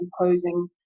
imposing